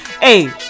hey